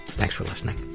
thanks for listening!